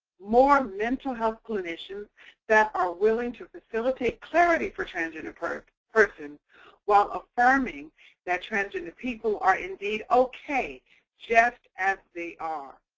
more mental health clinicians that are willing to facilitate clarity for transgender persons persons while affirming that transgender people are, indeed, okay just as they are.